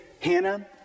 Hannah